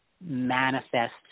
manifest